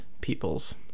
peoples